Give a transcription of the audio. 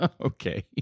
Okay